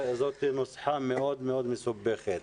זאת נוסחה מאוד מאוד מסובכת.